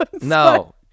No